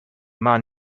man